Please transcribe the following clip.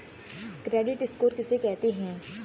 Credit score किसे कहते हैं?